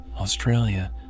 Australia